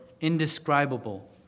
indescribable